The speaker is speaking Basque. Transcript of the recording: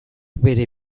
bere